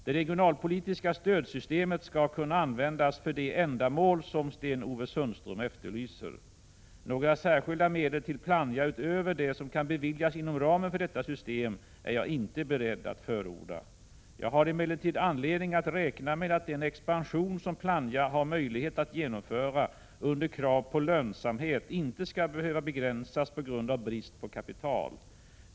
Det regionalpolitiska stödsystemet skall kunna användas för de ändamål som Sten-Ove Sundström efterlyser. Några särskilda medel till Plannja utöver vad som kan beviljas inom ramen för detta system är jag inte beredd att förorda. Jag har emellertid anledning att räkna med att den expansion som Plannja har möjlighet att genomföra under krav på lönsamhet inte skall behöva begränsas på grund av brist på kapital.